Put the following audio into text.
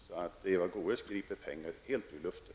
Eva Goe s griper alltså sina pengar helt ur luften.